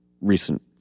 recent